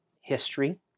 history